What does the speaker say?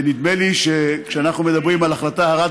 ונדמה לי שכשאנחנו מדברים על החלטה הרת